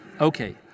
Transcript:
okay